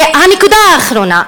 והנקודה האחרונה,